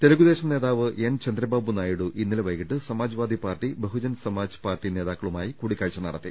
T D P നേതാവ് N Chandrababu Naidu ഇന്നലെ വൈകീട്ട് Samajwadi party Bahujan Samajwadi party നേതാക്കളുമായി കൂടിക്കാഴ്ച നടത്തി